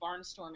barnstorming